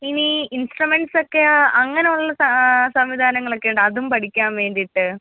ഇനി ഈ ഇൻസ്ട്രമെൻസ് ഒക്കെയോ അങ്ങനെയുള്ള സംവിധാനങ്ങളൊക്കെ ഉണ്ടോ അതും പഠിക്കാൻ വേണ്ടിയിട്ട്